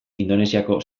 indonesiako